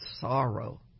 sorrow